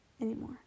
anymore